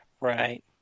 right